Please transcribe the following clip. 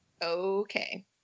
okay